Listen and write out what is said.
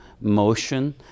motion